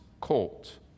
colt